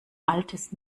altes